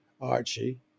Archie